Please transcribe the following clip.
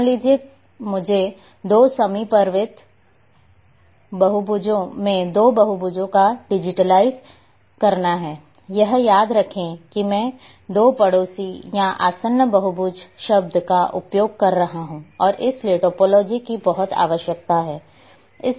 मान लीजिए मुझे दो समीपवर्ती बहुभुजों में दो बहुभुजों को डिजिटाइज़ करना है यह याद रखें कि मैं दो पड़ोसी या आसन्न बहुभुज शब्द का उपयोग कर रहा हूं और इसलिए टोपोलॉजी की बहुत आवश्यकता है